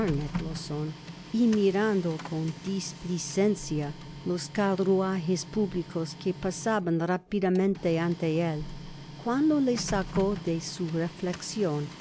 y mirando con displicencia los carruajes públicos que pasaban rápidamente ante él cuando le sacó de su reflexion